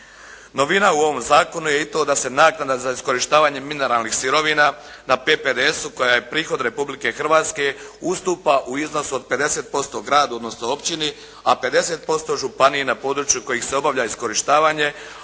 Novina u ovom zakonu je i to da se naknada za iskorištavanje mineralnih sirovina na PPDS-u koja je prihod Republike Hrvatske ustupa u iznosu od 50% gradu, odnosno općini, a 50% županiji na području kojih se obavlja iskorištavanje,